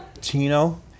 Tino